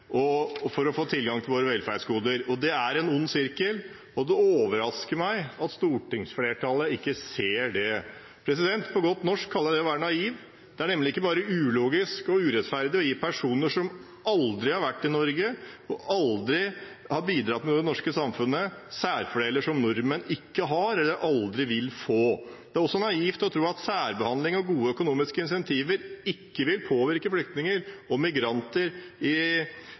Norge for å få tilgang til våre velferdsgoder. Det er en ond sirkel, og det overrasker meg at stortingsflertallet ikke ser det. På godt norsk kalles det å være naiv. Det er nemlig ikke bare ulogisk og urettferdig å gi personer som aldri har vært i Norge, som aldri har bidratt til det norske samfunnet, særfordeler som nordmenn ikke har eller aldri vil få. Det er også nativt å tro at særbehandling og gode økonomiske incentiver ikke vil påvirke flyktninger og migranter til å velge Norge som sitt reisemål i